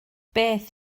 beth